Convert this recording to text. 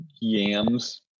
yams